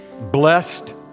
blessed